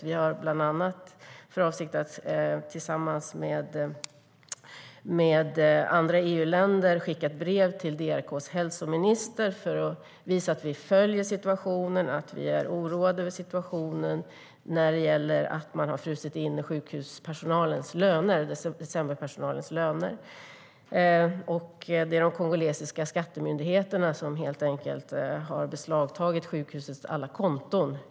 Vi har bland annat för avsikt att tillsammans med andra EU-länder skicka ett brev till DRK:s hälsominister för att visa att vi följer situationen och att vi är oroade över att sjukhuspersonalens decemberlöner har frusit inne eftersom den kongolesiska skattemyndigheten har beslagtagit sjukhusets alla konton.